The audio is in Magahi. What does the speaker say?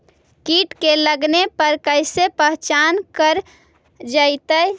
कीट के लगने पर कैसे पहचान कर जयतय?